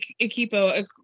equipo